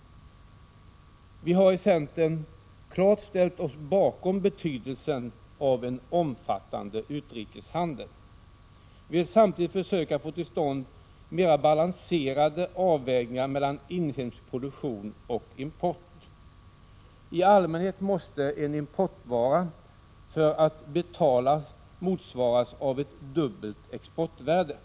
Vi har i centern klart ställt oss bakom betydelsen av en omfattande utrikeshandel. Vi vill samtidigt försöka att få till stånd mera balanserade avvägningar mellan inhemsk produktion och import. I allmän het måste en importvara för att betalas motsvaras av ett dubbelt exportvärde. — Prot.